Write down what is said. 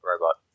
robot